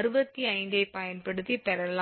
65 ஐப் பயன்படுத்தி பெறலாம்